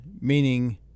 meaning